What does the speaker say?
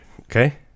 Okay